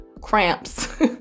cramps